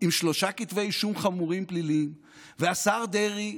עם שלושה כתבי אישום חמורים פליליים והשר דרעי,